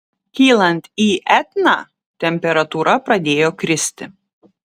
kylant į etną temperatūra pradėjo kristi